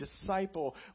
disciple